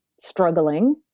struggling